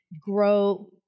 grow